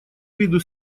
виду